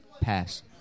Pass